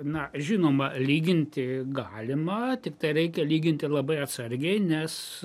na žinoma lyginti galima tik tai reikia lyginti labai atsargiai nes